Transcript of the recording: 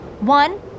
One